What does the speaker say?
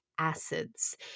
acids